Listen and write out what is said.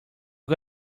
got